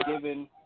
Given